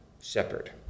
shepherd